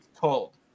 told